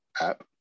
app